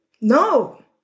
No